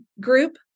group